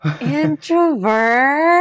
Introvert